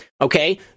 Okay